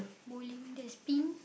bowling there's pins